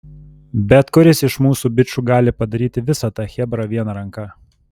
bet kuris iš mūsų bičų gali padaryti visą tą chebrą viena ranka